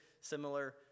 similar